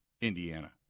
Indiana